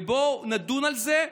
ובוא נדון על זה,